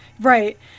Right